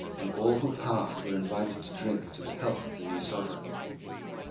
and all who passed were invited to drink to the health of the new sovereign.